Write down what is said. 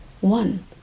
one